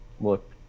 look